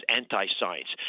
anti-science